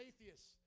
atheists